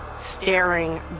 Staring